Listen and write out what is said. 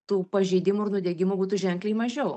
tų pažeidimų ir nudegimų būtų ženkliai mažiau